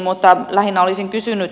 mutta lähinnä olisin kysynyt